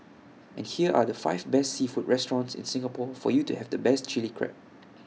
and here are the five best seafood restaurants in Singapore for you to have the best Chilli Crab